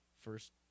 first